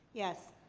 yes.